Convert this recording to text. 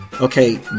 Okay